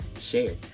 share